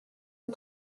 aux